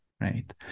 right